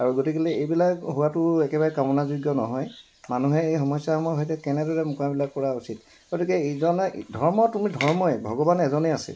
আৰু গতিকেলৈ এইবিলাক হোৱাটো একেবাৰে কামনাৰ যোগ্য নহয় মানুহে এই সমস্যাসমূহৰ সৈতে কেনেদৰে মোকাবিলা কৰা উচিত গতিকে ইজনে ধৰ্ম তুমি ধৰ্মই ভগৱান এজনেই আছে